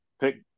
pick